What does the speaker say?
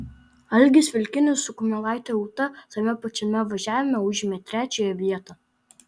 algis vilkinis su kumelaite ūta tame pačiame važiavime užėmė trečiąją vietą